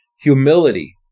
humility